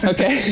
Okay